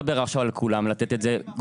אני לא מדבר על כולם, על לתת את זה גורף.